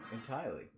entirely